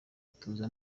tuza